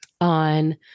on